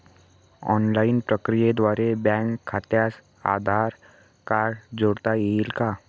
Online प्रक्रियेद्वारे bank खात्यास Aadhaar card जोडता येईल का?